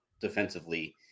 defensively